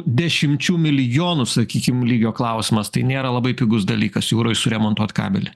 dešimčių milijonų sakykim lygio klausimas tai nėra labai pigus dalykas jūroj suremontuot kabelį